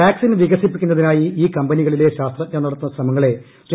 vaccine വികസിപ്പിക്കുന്നതിനായി ഈ കമ്പനികളിലെ ശാസ്ത്രജ്ഞർ നടത്തുന്ന ശ്രമങ്ങളെ ശ്രീ